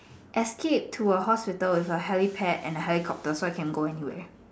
escape to a hospital with a helipad and a helicopter so I can go anywhere